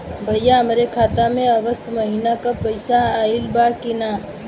भईया हमरे खाता में अगस्त महीना क पैसा आईल बा की ना?